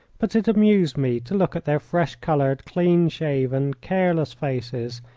but it amused me to look at their fresh-coloured, clean-shaven, careless faces,